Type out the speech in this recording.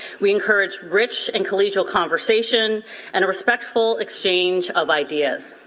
we encourage rich and collegial conversation and a respectful exchange of ideas.